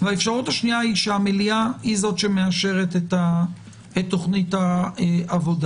והאפשרות השנייה היא שהמליאה היא זו שמאשרת את תוכנית העבודה.